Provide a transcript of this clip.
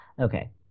Okay